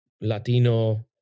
Latino